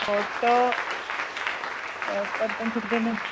photo कर्तुं शक्यते अनन्तरं